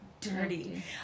dirty